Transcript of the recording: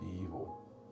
evil